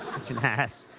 an ass.